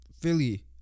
Philly